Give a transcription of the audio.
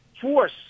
force